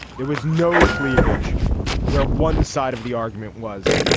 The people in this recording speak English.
there was no cleavage where one side of the argument was.